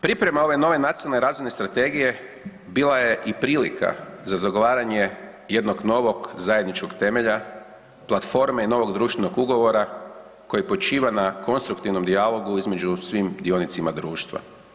Priprema ove nove Nacionalne razvojne strategije bila je i prilika za zagovaranje jednog novog zajedničkog temelja, platforme novog društvenog ugovora koji počiva na konstruktivnom dijalogu između svih dionika društva.